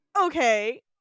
Okay